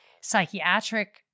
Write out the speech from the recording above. psychiatric